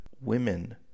women